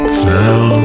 fell